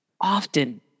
often